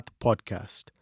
podcast